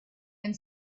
and